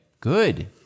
Good